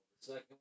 second